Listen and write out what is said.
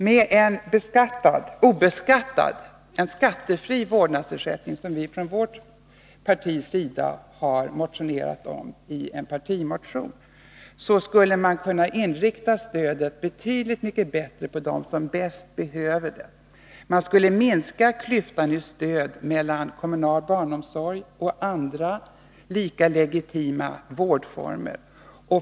Med en skattefri vårdnadsersättning, som vi har motionerat om i en partimotion, skulle man kunna inrikta stödet betydligt mycket bättre på dem som bäst behöver det. Man skulle minska klyftan i stöd mellan kommunal barnomsorg och andra lika legitima vårdformer.